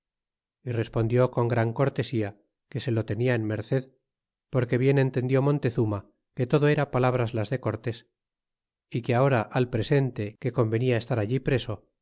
y respondió con gran cortesia que se lo tenia en merced porque bien entendió montezuma que todo era palabras las de cortés é que aora al presente que convenia estar allí preso